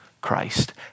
Christ